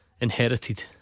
Inherited